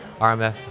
RMF